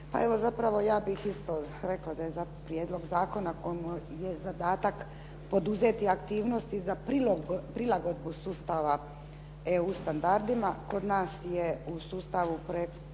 Pa evo zapravo ja bih isto rekla da je za prijedlog zakona komu je zadatak poduzeti aktivnosti za prilagodbu sustava EU standardima, kod nas je u sustavu … /Govornik